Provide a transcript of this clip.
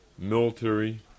military